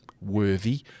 worthy